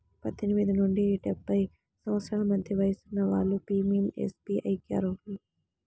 పద్దెనిమిది నుండి డెబ్బై సంవత్సరాల మధ్య వయసున్న వాళ్ళు పీయంఎస్బీఐకి అర్హులు